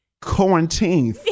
quarantine